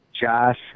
Josh